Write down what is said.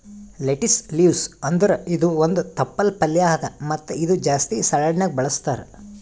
lettuce leaves ಅಂದುರ್ ಇದು ಒಂದ್ ತಪ್ಪಲ್ ಪಲ್ಯಾ ಅದಾ ಮತ್ತ ಇದು ಜಾಸ್ತಿ ಸಲಾಡ್ನ್ಯಾಗ ಬಳಸ್ತಾರ್